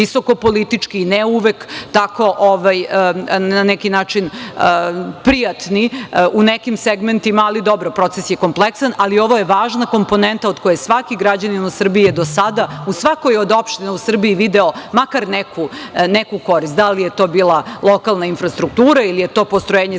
ne uvek tako prijatni u nekim segmentima, ali dobro, proces je kompleksan, ali ovo je važna komponenta od koje svaki građanin u Srbiji je do sada, u svakoj od opština u Srbiji, video makar neku korist. Da li je to bila lokalna infrastruktura ili je to postrojenje